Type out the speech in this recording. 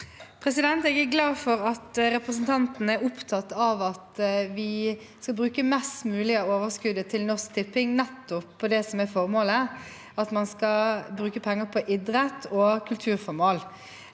Jeg er glad for at representanten er opptatt av at vi skal bruke mest mulig av overskuddet til Norsk Tipping nettopp på det som er formålet, og at man skal bruke penger på idrett og kulturformål.